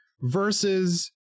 versus